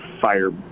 fire